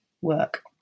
work